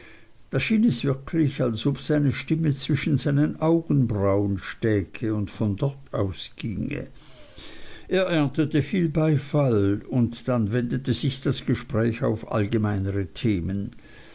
schien es wirklich als ob seine stimme zwischen seinen augenbrauen stäke und von dort ausginge er erntete viel beifall und dann wendete sich das gespräch auf allgemeinere themen